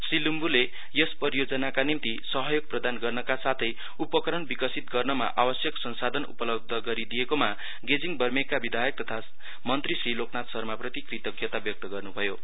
श्री लिम्बूले यस परियोजनाका निम्ति सहयोग प्रदान गर्नका साथै उपकरण विकसित गर्नमा आवश्यक संसाधन उपलब्ध गरिदिएकोमा गेजिङ वर्मेकका विधायक तथा मन्त्री श्री लोकनाथ शर्माप्रति कृतज्ञता व्यक्त गर्नुभएको छ